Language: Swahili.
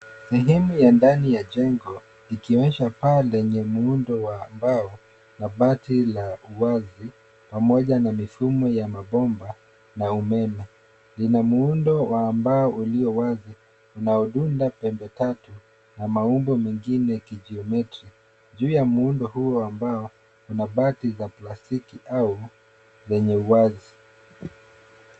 Sehemu ya ndani ya jengo ikionyesha paa lenye muundo wa mbao na bati la uwazi pamoja na mifumo ya mabomba na umeme. Zina muundo wa mbao ulio wazi na huunda pembe tatu na maundo mengine ya kijiometri. Juu ya muundo huo wa mbao, kuna bati za plastiki au zenye uwazi.